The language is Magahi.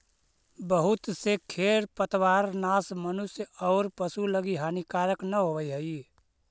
बहुत से खेर पतवारनाश मनुष्य औउर पशु लगी हानिकारक न होवऽ हई